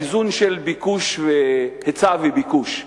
האיזון של היצע וביקוש,